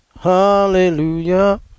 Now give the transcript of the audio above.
Hallelujah